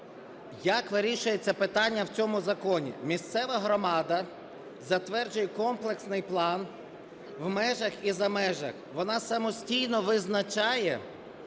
як вирішується питання в цьому законі? Місцева громада затверджує комплексний план у межах і за межами. Вона самостійно визначає,